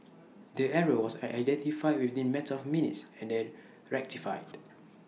the error was identified within the matter of minutes and then rectified